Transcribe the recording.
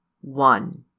one